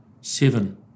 Seven